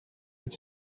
est